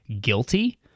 guilty